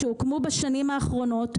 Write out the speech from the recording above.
שהוקמו בשנים האחרונות,